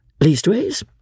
leastways